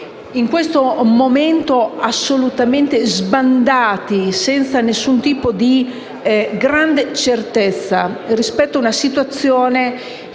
in questo momento, assolutamente sbandati, senza alcun tipo di certezza rispetto a una situazione